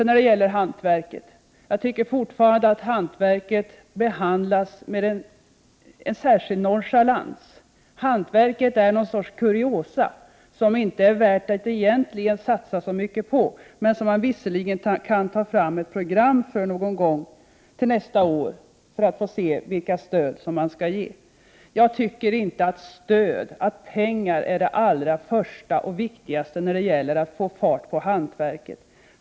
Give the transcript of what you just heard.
Jag tycker fortfarande att hantverket behandlas med en särskild nonchalans. Hantverket är någon sorts kuriosa, som egentligen inte är värd att satsa så mycket på, men som man visserligen kan ta fram ett program för till någon gång nästa år, för att se vilka stöd man skall ge. Jag tycker inte att stöd, pengar är det första och viktigaste när det gäller att få fart på hantverket.